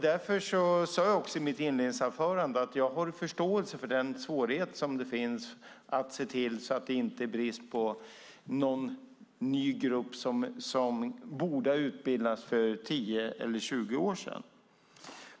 Därför sade jag också i mitt inledningsanförande att jag har förståelse för den svårighet som finns att se till att det inte är brist på någon ny grupp som borde ha utbildats för tio eller tjugo år sedan.